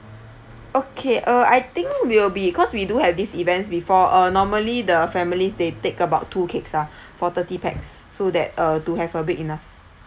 okay uh I think will be because we do have these events before uh normally the families they take about two cakes ah for thirty pax so that uh to have uh big enough